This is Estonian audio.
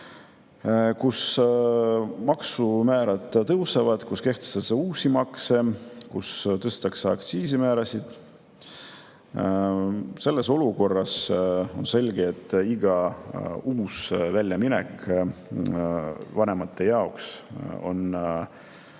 kuus. Maksumäärad tõusevad, kehtestatakse uusi makse, tõstetakse aktsiisimäärasid. Sellises olukorras on selge, et iga uus väljaminek vanemate jaoks on päris